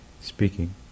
speaking